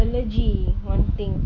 energy one thing